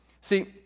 See